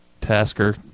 Tasker